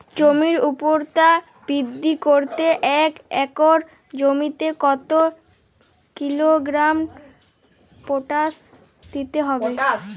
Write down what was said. জমির ঊর্বরতা বৃদ্ধি করতে এক একর জমিতে কত কিলোগ্রাম পটাশ দিতে হবে?